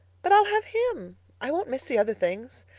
but i'll have him. i won't miss the other things.